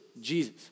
Jesus